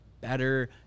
better